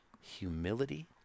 humility